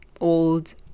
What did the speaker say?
old